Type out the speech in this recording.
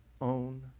own